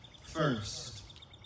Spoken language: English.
First